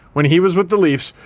when he was with the leafs,